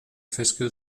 fiscal